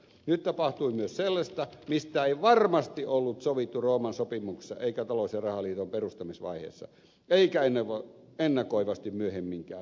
nyt tapahtui myös sellaista mistä ei varmasti ollut sovittu rooman sopimuksessa eikä talous ja rahaliiton perustamisvaiheessa eikä ennakoivasti myöhemminkään